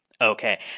okay